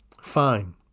Fine